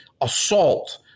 assault